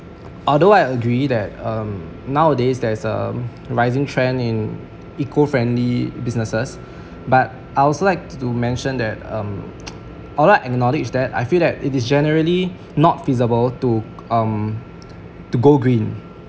although I agree that um nowadays there is a rising trend in eco friendly businesses but I'd also like to mention that um I'd like to acknowledge I feel that it is generally not feasible to um to go green